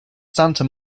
santa